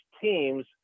teams